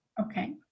Okay